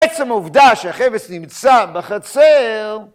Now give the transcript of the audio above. עצם העובדה שהחפץ נמצא בחצר...